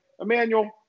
Emmanuel